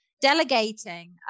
Delegating